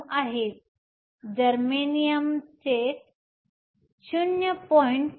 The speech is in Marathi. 09 आहे जर्मेनियम जे 0